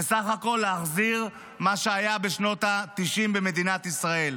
זה סך הכול להחזיר מה שהיה בשנות התשעים במדינת ישראל.